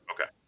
Okay